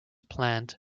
planned